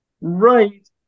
Right